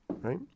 Right